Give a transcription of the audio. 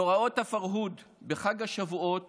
מאורעות הפרהוד בחג השבועות